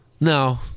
No